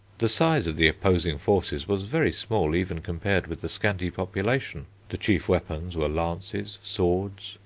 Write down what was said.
the size of the opposing forces was very small even compared with the scanty population. the chief weapons were lances, swords,